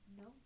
No